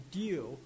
deal